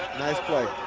nice play.